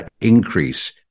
increase